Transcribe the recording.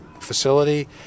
facility